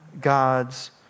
God's